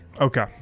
Okay